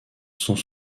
sont